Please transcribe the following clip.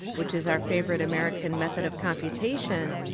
which is our favourite american method of computation,